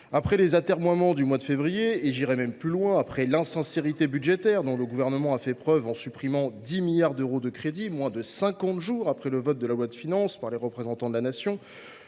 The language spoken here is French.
Après les atermoiements du mois de février – je dirai même : après l’insincérité budgétaire dont le Gouvernement a fait preuve en supprimant 10 milliards d’euros de crédits moins de cinquante jours après le vote de la loi de finances par les représentants de la Nation